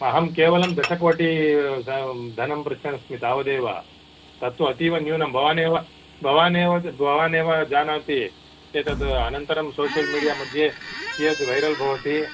अहं केवलं दशकोटिः द धनं पृच्छन् अस्मि तावदेव तत्तु अतीव न्यूनं भवानेव भवान् एव भवान् एव जानाति एतद् अनन्तरं सोष्यल् मीडिया मध्ये कियत् वैरल् भवति